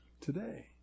today